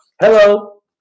Hello